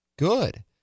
Good